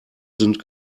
sind